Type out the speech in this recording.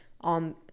on